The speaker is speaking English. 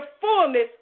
fullness